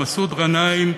מסעוד גנאים,